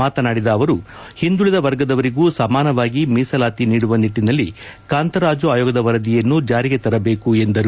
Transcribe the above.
ಮಾತನಾಡಿದ ಅಮರು ಹಿಂದುಳದ ವರ್ಗದವಂಗೂ ಸಮಾನವಾಗಿ ಮೀಸಲಾತಿ ನೀಡುವ ನಿಟ್ಟಿನಲ್ಲಿ ಕಾಂತರಾಜು ಆಯೋಗದ ವರದಿಯನ್ನು ಜಾರಿಗೆ ತರಬೇಕು ಎಂದರು